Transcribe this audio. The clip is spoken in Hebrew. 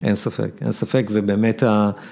אין ספק, אין ספק ובאמת ה...